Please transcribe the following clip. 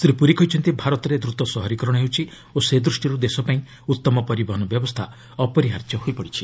ଶ୍ରୀ ପୁରୀ କହିଛନ୍ତି ଭାରତରେ ଦ୍ରୁତ ସହରୀକରଣ ହେଉଛି ଓ ସେଦୃଷ୍ଟିରୁ ଦେଶପାଇଁ ଉତ୍ତମ ପରିବହନ ବ୍ୟବସ୍ଥା ଅପରିହାର୍ଯ୍ୟ ହୋଇପଡ଼ିଛି